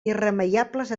irremeiables